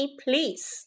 please